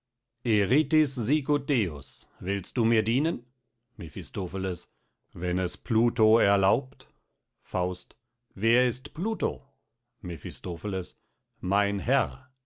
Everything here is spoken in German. willst du mir dienen mephistopheles wenn es pluto erlaubt faust wer ist pluto mephistopheles mein herr